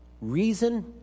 Reason